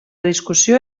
discussió